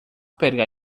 pegar